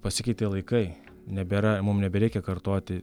pasikeitė laikai nebėra mum nebereikia kartoti